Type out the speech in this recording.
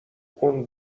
اون